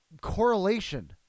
correlation